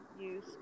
use